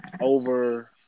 over